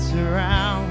surround